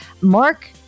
Mark